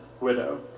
widow